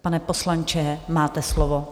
Pane poslanče, máte slovo.